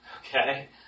okay